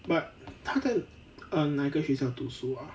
but 他的 err 那一个学校读书 ah